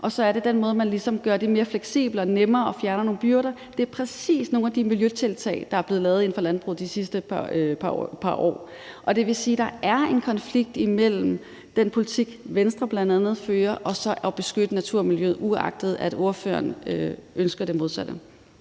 og så gør man det ligesom mere fleksibelt og nemmere og fjerner nogle byrder, og det er præcis nogle af de miljøtiltag, der er blevet lavet inden for landbruget de sidste par år. Og det vil sige, at der er en konflikt imellem den politik, bl.a. Venstre fører, og så at beskytte natur og miljø, uagtet at ordføreren ønsker det modsatte.